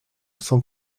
cent